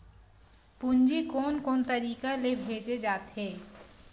पूंजी कोन कोन तरीका ले भेजे जाथे?